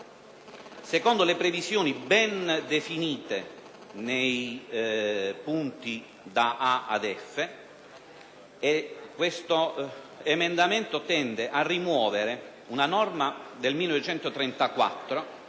secondo le previsioni ben definite nei punti da *a)* ad *f)*. Tale emendamento tende a rimuovere una norma del Testo